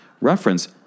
reference